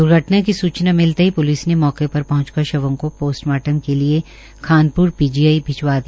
दुर्घटना की सुचना मिलते ही पुलिस ने मौके पर पहंच कर शवों को पोस्टमार्टम के लिए खानप्रा पीजीआई भिजवा दिया